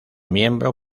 miembro